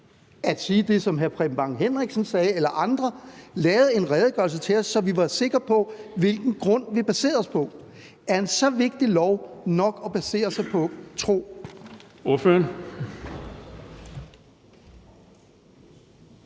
at sige det, som hr. Preben Bang Henriksen sagde, eller at andre lavede en redegørelse til os, så vi var sikre på, hvilken grund vi baserede os på? Er det med så vigtig en lov nok at basere sig på tro?